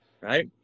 right